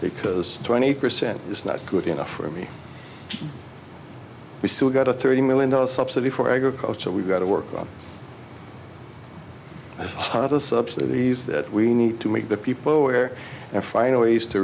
because twenty percent is not good enough for me we still got a thirty million dollars subsidy for agriculture we've got to work on hardest subsidies that we need to make the people aware and find ways to